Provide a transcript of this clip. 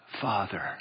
Father